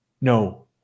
no